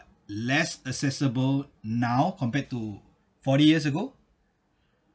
less accessible now compared to forty years ago